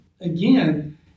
again